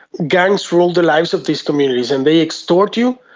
gangs rule the lives of these communities, and they extort you.